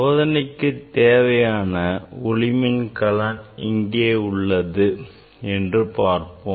சோதனைக்கு தேவையான ஒளி மின்கலன் எங்கே உள்ளது என்று பார்ப்போம்